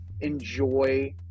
enjoy